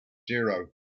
zero